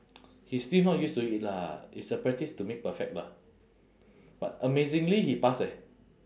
he still not used to it lah it's a practice to make perfect bah but amazingly he pass eh